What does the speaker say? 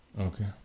okay